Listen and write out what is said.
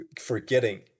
forgetting